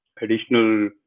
additional